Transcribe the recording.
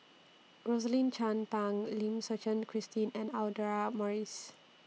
Rosaline Chan Pang Lim Suchen Christine and Audra Morrice